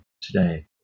today